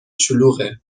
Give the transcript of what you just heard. شلوغه